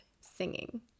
singing